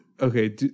Okay